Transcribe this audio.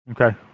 Okay